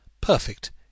perfect